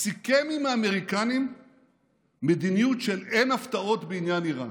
סיכם עם האמריקנים על מדיניות של אין הפתעות בעניין איראן.